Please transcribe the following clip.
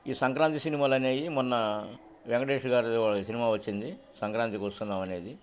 ఈ సంక్రాంతి సినిమాల అనే మొన్న వెంకటేశ గారి సినిమా వచ్చింది సంక్రాంతికి వస్తున్నామనేది